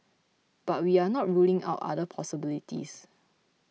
but we are not ruling out other possibilities